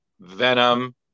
Venom